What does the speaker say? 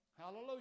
Hallelujah